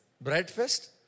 Breakfast